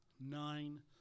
nine